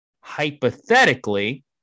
hypothetically